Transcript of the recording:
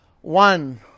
One